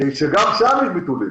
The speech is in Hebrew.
גם שם יהיו ביטולים.